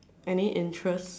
any interests